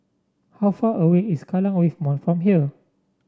how far away is Kallang Wave Mall from here